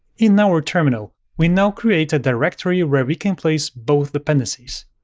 in our terminal, we now create a directory where we can place both dependencies.